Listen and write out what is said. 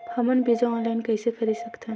हमन बीजा ऑनलाइन कइसे खरीद सकथन?